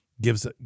gives